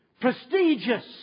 prestigious